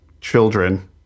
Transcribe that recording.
children